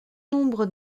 nombre